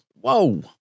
Whoa